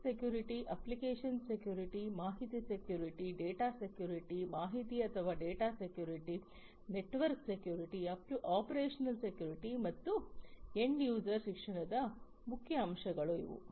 cyber security application security ಮಾಹಿತಿ security data security ಮಾಹಿತಿ ಅಥವಾ data security network security operational security ಮತ್ತು end user ಶಿಕ್ಷಣದ ಮುಖ್ಯ ಅಂಶಗಳು ಇವು